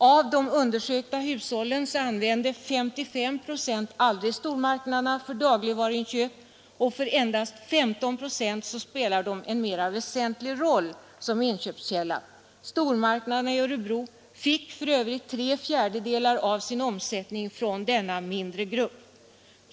Av de undersökta hushållen använder 55 procent aldrig stormarknaderna för dagligvaruinköp, och för endast 15 procent spelar de en mer väsentlig roll som inköpskälla. Stormarknaderna i Örebro fick för övrigt tre fjärdedelar av sin omsättning från denna mindre grupp.